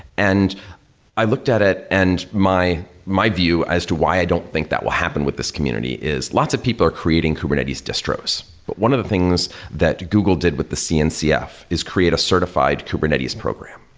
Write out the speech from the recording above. and i looked at it and my my view as to why i don't think that will happen with this community is lots of people are creating kubernetes distros. but one of the things that google did with the cncf is create a certified kubernetes program,